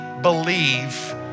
believe